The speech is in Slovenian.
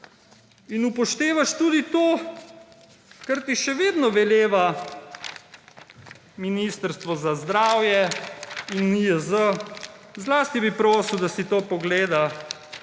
in upoštevaš tudi to, kar ti še vedno velevata Ministrstvo za zdravje in NIJZ. Zlasti bi prosil, da si to pogleda